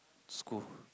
school